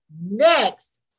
next